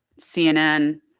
CNN